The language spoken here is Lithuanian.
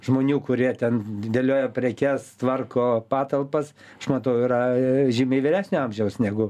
žmonių kurie ten dėlioja prekes tvarko patalpas aš matau yra žymiai vyresnio amžiaus negu